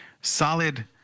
solid